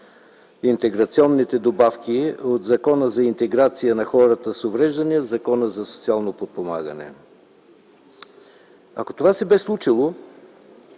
интеграционните добавки от Закона за интеграция на хората с увреждания в Закона за социално подпомагане. Ако това се бе случило